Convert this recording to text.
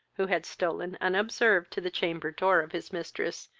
who had stolen unobserved to the chamber-door of his mistress,